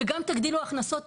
וגם תגדילו הכנסות,